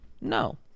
No